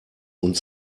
uns